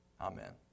Amen